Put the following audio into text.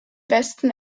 westen